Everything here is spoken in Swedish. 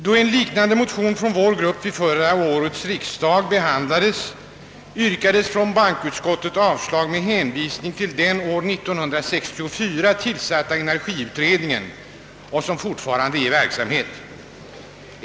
Då en liknande motion från vår grupp vid förra årets riksdag behandlades yrkades av bankoutskottet avslag med hänvisning till den år 1964 tillsatta energiutredningen, som fortfarande är i verksamhet.